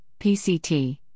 PCT